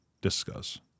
discuss